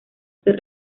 ser